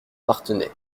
parthenay